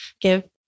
give